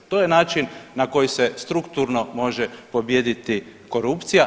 To je način na koji se strukturno može pobijediti korupcija.